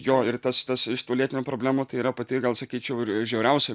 nei jo ir tas tas iš tų lėtinių problemų tai yra pati gal sakyčiau ir žiauriausia